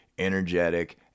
energetic